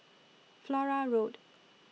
Flora Road